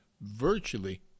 virtually